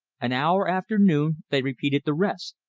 an hour after noon they repeated the rest.